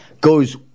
goes